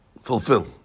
fulfill